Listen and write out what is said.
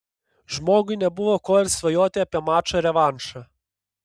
žmogui nebuvo ko ir svajoti apie mačą revanšą